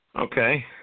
Okay